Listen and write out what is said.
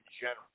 general